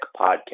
Podcast